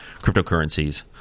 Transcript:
cryptocurrencies